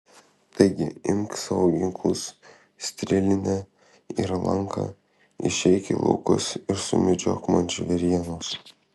taigi imk savo ginklus strėlinę ir lanką išeik į laukus ir sumedžiok man žvėrienos